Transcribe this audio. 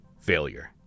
failure